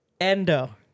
Endo